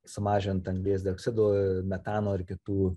sumažint anglies dioksido metano ir kitų